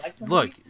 Look